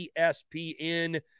ESPN